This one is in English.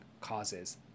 causes